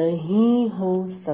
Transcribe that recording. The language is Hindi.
नहीं हो सकता